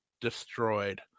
destroyed